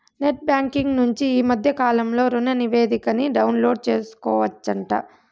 net banking నుంచి ఈ మద్దె కాలంలో రుణనివేదికని డౌన్లోడు సేసుకోవచ్చంట